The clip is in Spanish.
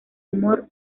humor